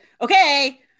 okay